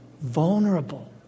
vulnerable